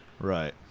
Right